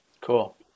Cool